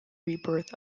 rebirth